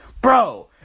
Bro